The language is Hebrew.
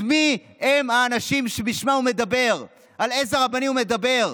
אז מיהם האנשים שבשמם הוא מדבר?